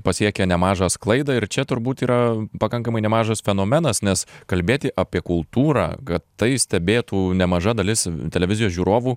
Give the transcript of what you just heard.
pasiekia nemažą sklaidą ir čia turbūt yra pakankamai nemažas fenomenas nes kalbėti apie kultūrą kad tai stebėtų nemaža dalis televizijos žiūrovų